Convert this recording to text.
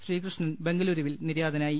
ശ്രീകൃഷ്ണൻ ബംഗലൂരുവിൽ നിര്യാതനായി